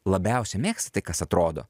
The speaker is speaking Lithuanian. labiausia mėgsta tai kas atrodo